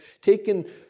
taken